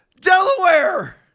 Delaware